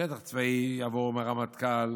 שטח צבאי יעבור מהרמטכ"ל